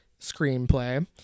Screenplay